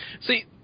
See